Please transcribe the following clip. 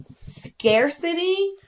scarcity